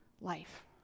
life